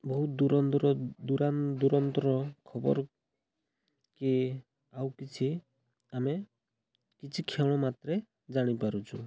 ବହୁତ ଖବର କି ଆଉ କିଛି ଆମେ କିଛିକ୍ଷଣ ମାତ୍ର ଜାଣିପାରୁଛୁ